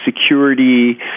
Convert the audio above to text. security